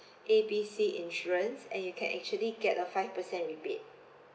A B C insurance and you can actually get a five percent rebate